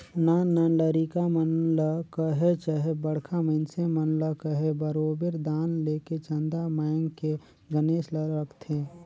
नान नान लरिका मन ल कहे चहे बड़खा मइनसे मन ल कहे बरोबेर दान लेके चंदा मांएग के गनेस ल रखथें